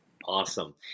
Awesome